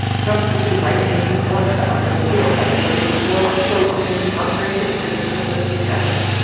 trump even writes in his book the art of the deal that it will be built, quote, in partnership with the soviet government.